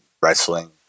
wrestling